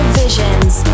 visions